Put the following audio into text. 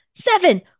seven